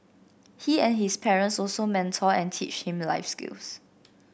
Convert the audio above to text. he and his parents also mentor and teach them life skills